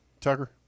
Tucker